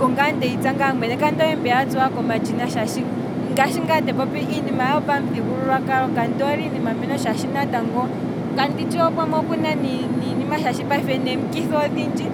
Ongaye ndeyi tsa ngaa mwene. kandi hole mbi ya tsuwa komatshina, ngashi ngaa te popi payife ngino, ka ndoole iinima yopamuthigululwakalo, shaashi pamwe okuna niinima shaashi payife nem'kithi odhindji,